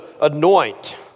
anoint